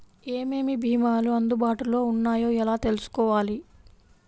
ఏమేమి భీమాలు అందుబాటులో వున్నాయో ఎలా తెలుసుకోవాలి?